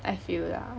I feel lah